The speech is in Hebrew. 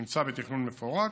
נמצא בתכנון מפורט,